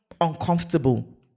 uncomfortable